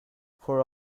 for